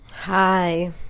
Hi